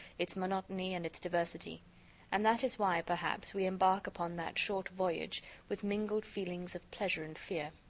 its monotony and its diversity and that is why, perhaps, we embark upon that short voyage with mingled feelings of pleasure and fear.